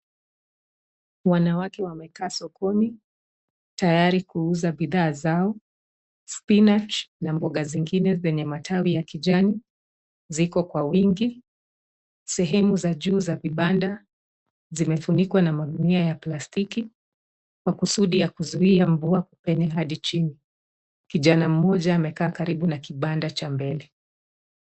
Wanawake wamekaa sokoni, tayari kuuza bidhaa zao, spinach na mboga zingine zenye matawi ya kijani, ziko kwa wingi. Sehemu za juu za vibanda zimefunikwa na magunia ya plastiki, kwa kusudi ya kuuzia mvua kupenya hadi chini. Kijana mmoja amekaa karibu na kibanda cha mbele.